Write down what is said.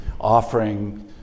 offering